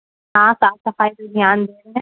ہاں صاف صفائی کا دھیان دیں